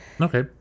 Okay